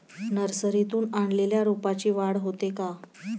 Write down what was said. नर्सरीतून आणलेल्या रोपाची वाढ होते का?